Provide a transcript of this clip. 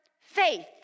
faith